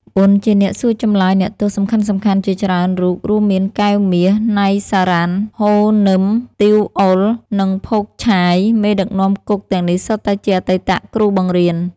ប៉ុន ជាអ្នកសួរចម្លើយអ្នកទោសសំខាន់ៗជាច្រើនរូបរួមមាន កែវ មាស, ណៃ សារ៉ាន់, ហ៊ូ នឹម, ទីវ អុល និង ភោគ ឆាយ មេដឹកនាំគុកទាំងនេះសុទ្ធតែជាអតីតគ្រូបង្រៀន ។